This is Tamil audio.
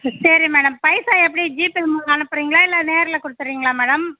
சரி மேடம் பைசா எப்படி ஜிபே மூலம் அனுப்புகிறீங்களா இல்லை நேரில் கொடுத்துர்றீங்களா மேடம்